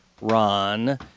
Ron